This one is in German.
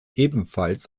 ebenfalls